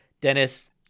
dennis